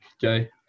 Jay